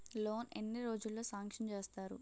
Loan ఎన్ని రోజుల్లో sanction చేస్తారు?